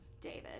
David